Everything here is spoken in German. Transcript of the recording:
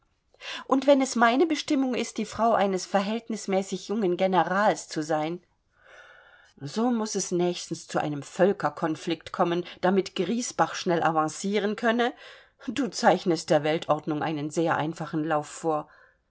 und wenn es meine bestimmung ist die frau eines verhältnismäßig jungen generals zu sein so muß es nächstens zu einem völkerkonflikt kommen damit griesbach schnell avanciren könne du zeichnest der weltordnung einen sehr einfachen lauf vor